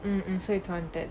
and so it's haunted